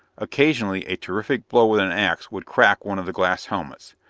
occasionally a terrific blow with an ax would crack one of the glass helmets.